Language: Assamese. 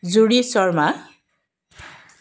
জুৰি শৰ্মা